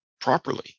properly